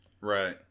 Right